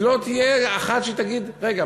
היא לא תהיה אחת שתגיד: רגע,